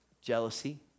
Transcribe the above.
Jealousy